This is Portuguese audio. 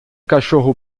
cachorro